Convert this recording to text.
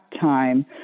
time